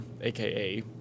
aka